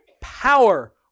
power